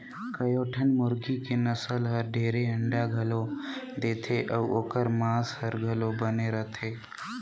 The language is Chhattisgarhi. कयोठन मुरगी के नसल हर ढेरे अंडा घलो देथे अउ ओखर मांस हर घलो बने रथे